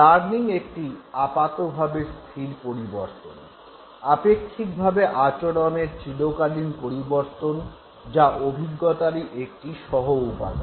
learning একটি আপাতভাবে স্থির পরিবর্তন আপেক্ষিকভাবে আচরণের চিরকালীন পরিবর্তন যা অভিজ্ঞতারই একটি সহ উপাদান